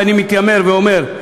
ואני מתיימר ואומר,